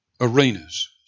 arenas